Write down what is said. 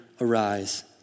arise